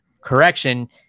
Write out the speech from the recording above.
correction